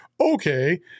okay